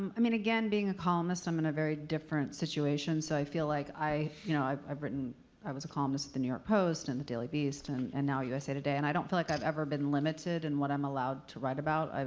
i mean, again, being a columnist i'm in a very different situation. so, i feel like i you know i've i've written i was a columnist at the new york post and the daily beast and and now usa today, and i don't feel like i've ever been limited in what i'm allowed to write about.